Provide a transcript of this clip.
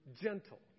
Gentle